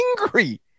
angry